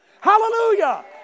Hallelujah